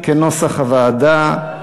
כנוסח הוועדה.